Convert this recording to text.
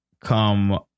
Come